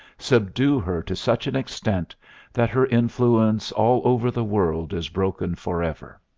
subdue her to such an extent that her influence all over the world is broken forever.